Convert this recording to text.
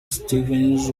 stevens